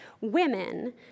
Women